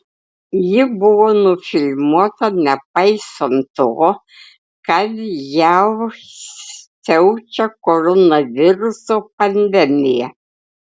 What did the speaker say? ji buvo nufilmuota nepaisant to kad jav siaučia koronaviruso pandemija